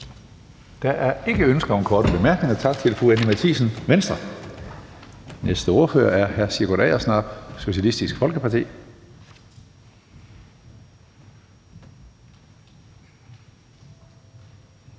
Der er ikke ønsker om korte bemærkninger. Tak til fru Anni Matthiesen. Den næste ordfører er hr. Sigurd Agersnap, Socialistisk Folkeparti.